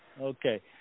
Okay